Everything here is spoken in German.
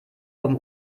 vom